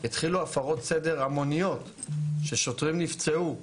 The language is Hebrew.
התחילו הפרות סדר המוניות ששוטרים נפצעו,